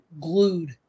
glued